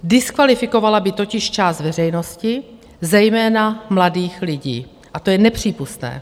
Diskvalifikovala by totiž část veřejnosti, zejména mladých lidí, a to je nepřípustné.